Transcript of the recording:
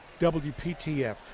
WPTF